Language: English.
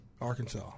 Arkansas